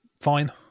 Fine